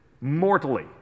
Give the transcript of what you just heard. mortally